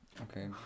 okay